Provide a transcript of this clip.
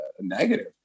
negative